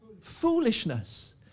foolishness